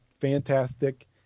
fantastic